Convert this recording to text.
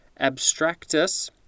abstractus